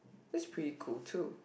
that's pretty cool too